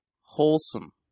wholesome